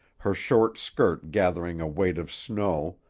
her short skirt gathering a weight of snow,